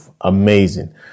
Amazing